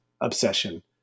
obsession